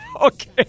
Okay